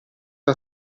sue